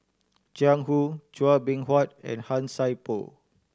Jiang Hu Chua Beng Huat and Han Sai Por